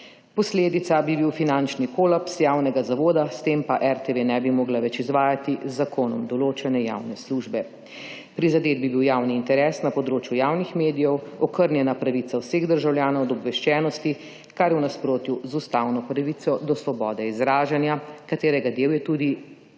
Posledica bi bil finančni kolaps javnega zavoda, s tem pa RTV ne bi mogla več izvajati z zakonom določene javne službe. Prizadet bi bil javni interes na področju javnih medijev, okrnjena pravica vseh državljanov do obveščenosti, kar je v nasprotju z ustavno pravico do svobode izražanja, katerega del je tudi